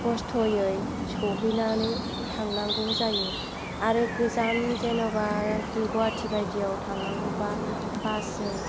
खस्त'यै सहैनानै थांनांगौ जायो आरो गोजान जेनेबा गुवाहाटि बायदियाव थांनांगौबा बासजों